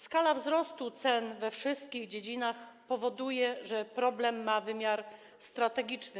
Skala wzrostu cen we wszystkich dziedzinach powoduje, że problem ten ma dla Polski wymiar strategiczny.